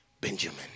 Benjamin